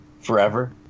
forever